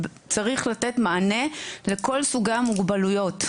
צריך לתת מענה לכל סוגי המוגבלויות,